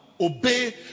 Obey